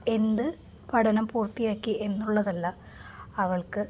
എന്ത് പഠനം പൂർത്തിയാക്കിയെന്നുള്ളതല്ല അവൾക്ക്